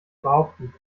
behaupten